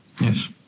Yes